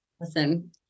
Listen